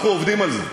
אנחנו עובדים על זה,